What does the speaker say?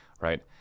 right